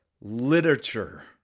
literature